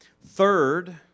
Third